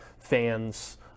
fans